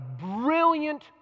brilliant